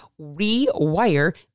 Rewire